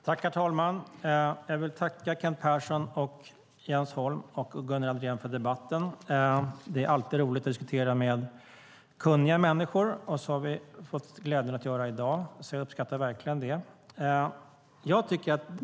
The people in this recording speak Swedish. Herr talman! Jag vill tacka Kent Persson, Jens Holm och Gunnar Andrén för debatten. Det är alltid roligt att diskutera med kunniga människor, vilket jag haft glädjen att göra i dag. Jag uppskattar det verkligen.